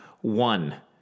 one